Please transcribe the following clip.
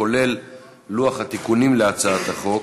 כולל לוח התיקונים להצעת החוק.